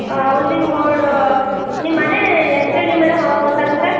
ಹಾಂ housing board ನಿಮ್ಮ ಮನೆ ಹೆಸ್ರ್ ಹೇಳಿ ಮೇಡಮ್ ಆವಾಗ ಗೊತ್ತಾಗುತ್ತೆ